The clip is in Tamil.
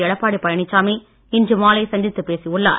எடப்பாடி பழனிசாமி இன்று மாலை சந்தித்துப் பேசியுள்ளார்